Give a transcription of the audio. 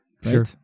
Sure